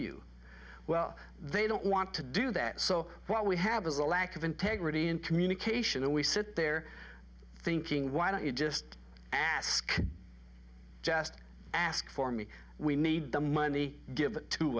you well they don't want to do that so what we have is a lack of integrity in communication and we sit there thinking why don't you just ask just ask for me we need the money give